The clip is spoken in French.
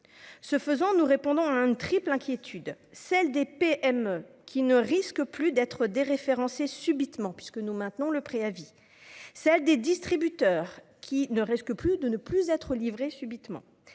Ce faisant, nous répondons à une triple inquiétude : celle des PME, qui ne risquent plus d'être déréférencées subitement, puisque nous maintenons le principe du préavis ; celle des distributeurs, qui craignent de ne plus être livrés subitement